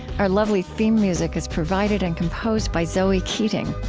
our lovely theme music is provided and composed by zoe keating.